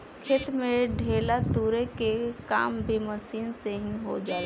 खेत में ढेला तुरे के काम भी मशीन से हो जाला